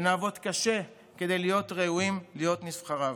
ונעבוד קשה כדי להיות ראויים להיות נבחריו.